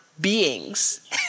beings